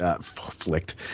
flicked